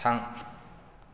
थां